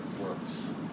works